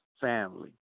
family